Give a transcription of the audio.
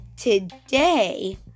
today